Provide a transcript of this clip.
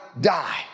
die